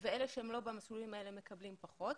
ואלה שהם לא במסלולים האלה, מקבלים פחות.